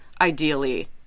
ideally